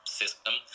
system